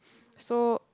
so